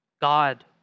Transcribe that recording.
God